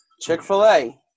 Chick-fil-A